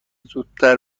زودتر